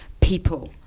people